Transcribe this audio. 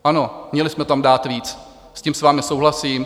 Ano, měli jsme tam dát víc, s tím s vámi souhlasím.